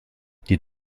die